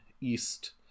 East